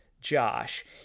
Josh